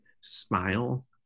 smile